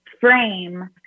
frame